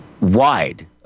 wide